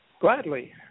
Gladly